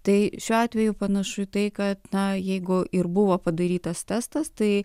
tai šiuo atveju panašu į tai kad na jeigu ir buvo padarytas testas tai